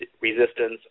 resistance